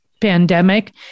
pandemic